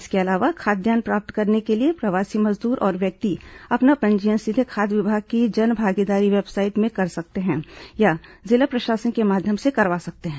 इसके अलावा खाद्यान्न प्राप्त करने के लिए प्रवासी मजदूर और व्यक्ति अपना पंजीयन सीधे खाद्य विभाग की जनभागीदारी वेबसाइट में कर सकते हैं या जिला प्रशासन के माध्यम से करवा सकते हैं